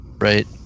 right